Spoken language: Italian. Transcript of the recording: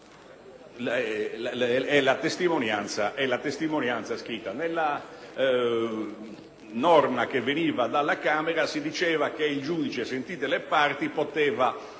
è la testimonianza scritta. Nel testo della Camera si diceva che il giudice, sentite le parti, poteva